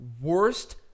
worst